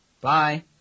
Bye